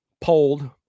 polled